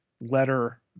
letter